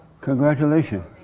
Congratulations